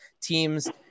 teams